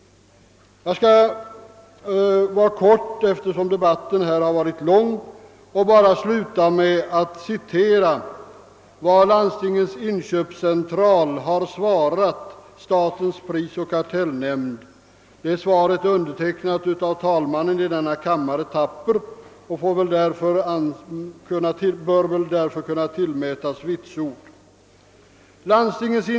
Eftersom debatten dragit ut på tiden skall jag fatta mig kort. Jag vill sluta med att citera vad Landstingens inköpscentral svarat statens prisoch kartellnämnd. Svaret är undertecknat av talmannen i denna kammare, herr Thapper, och bör väl kunna tillmätas värde som vitsord.